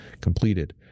completed